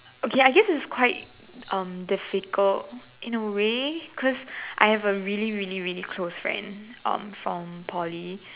okay I guess it's quite um difficult in a way cause I have a really really close friend um from Poly